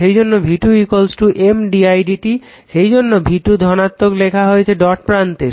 সেইজন্য v2 M d i dt সেই জন্য v2 ধনাত্মক লেখা হয়েছে ডট প্রান্তে